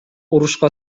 урушка